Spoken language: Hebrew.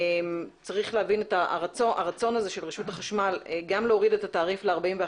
צריך להבין שהרצון של רשות החשמל גם להוריד את התעריף ל-41